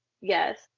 yes